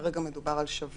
כאשר כרגע מדובר על שבוע.